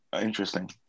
Interesting